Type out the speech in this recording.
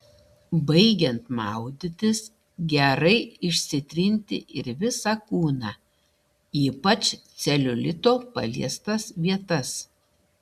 baigiant maudytis gerai išsitrinti ir visą kūną ypač celiulito paliestas vietas